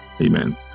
amen